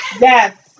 Yes